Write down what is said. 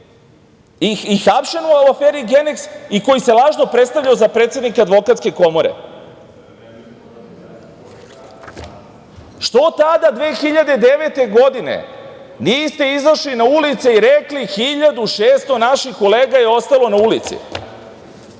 i hapšen u aferi Geneks i koji se lažno predstavljao za predsednika Advokatske komore. Što tada 2009. godine niste izašli na ulice i rekli – 1600 naših kolega je ostalo na ulici.